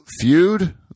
feud